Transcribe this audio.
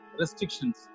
restrictions